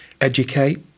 educate